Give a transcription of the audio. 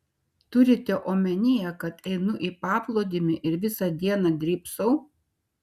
turite omenyje kad einu į paplūdimį ir visą dieną drybsau